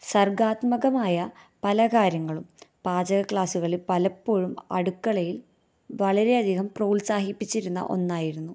സര്ഗാത്മകമായ പല കാര്യങ്ങളും പാചക ക്ലാസുകളില് പലപ്പോഴും അടുക്കളയില് വളരെയധികം പ്രോത്സാപ്പിച്ചിര്ന്ന ഒന്നായിരുന്നു